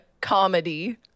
comedy